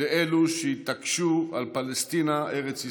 לאלו שהתעקשו על פלשתינה, ארץ ישראל.